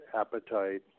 appetite